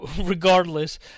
regardless